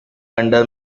under